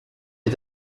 est